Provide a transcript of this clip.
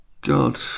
God